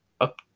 up